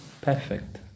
perfect